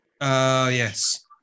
Yes